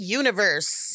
universe